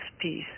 peace